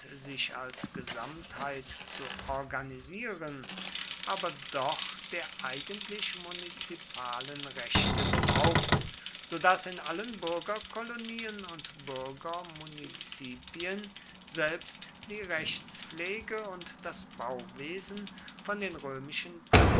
sich als gesamtheit zu organisieren aber doch der eigentlich munizipalen rechte beraubt so daß in allen bürgerkolonien und bürgermunizipien selbst die rechtspflege und das bauwesen von den römischen